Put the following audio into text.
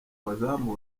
abazamu